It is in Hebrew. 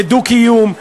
לדו-קיום,